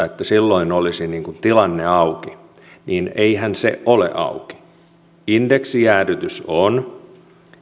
että kaksituhattayhdeksäntoista olisi tilanne auki eihän se ole auki indeksijäädytys on